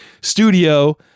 studio